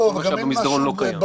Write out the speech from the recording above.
כל מה שהיה במסדרון לא קיים.